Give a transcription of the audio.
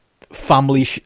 family